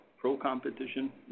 pro-competition